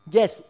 Yes